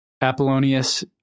Apollonius